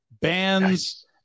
bands